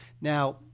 Now